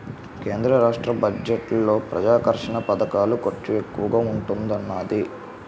కేంద్ర రాష్ట్ర బడ్జెట్లలో ప్రజాకర్షక పధకాల ఖర్చు ఎక్కువగా ఉంటున్నాది